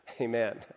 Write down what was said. amen